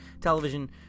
television